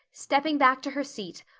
stepping back to her seat,